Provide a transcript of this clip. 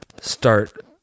start